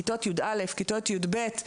כיתות י"א-י"ב,